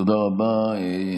תודה רבה ויום תפוצות שמח.